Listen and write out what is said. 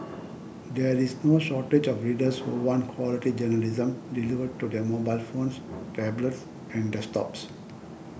there is no shortage of readers who want quality journalism delivered to their mobile phones tablets and desktops